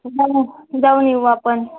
जाऊन येऊ आपण